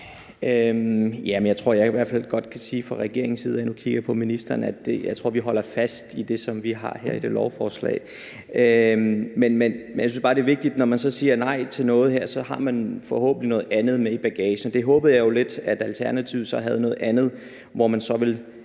godt, jeg kan sige på regeringens vegne – nu kigger jeg på ministeren – at vi holder fast i det, som vi har lagt frem i dette lovforslag. Men jeg synes bare, det er vigtigt, at man, når man siger nej til noget her, så har noget andet med i bagagen. Der håbede jeg jo lidt, at Alternativet havde noget andet, hvor man så ville